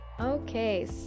okay